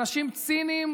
אנשים ציניים